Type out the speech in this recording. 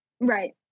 right